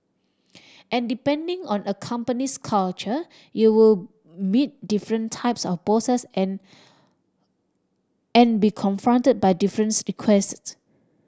and depending on a company's culture you will meet different types of bosses and and be confronted by difference requests